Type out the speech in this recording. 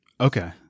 okay